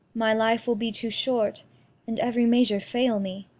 my life will be too short and every measure fail me.